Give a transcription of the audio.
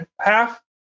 half